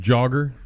Jogger